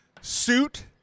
suit